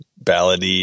ballad